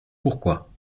pourquoi